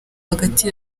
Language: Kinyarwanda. hagati